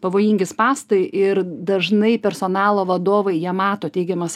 pavojingi spąstai ir dažnai personalo vadovai jie mato teigiamas